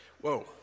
whoa